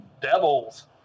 devils